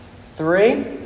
three